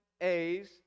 A's